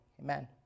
amen